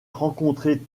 rencontrer